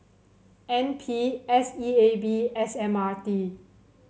N P S E A B and S M R T